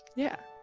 yeah.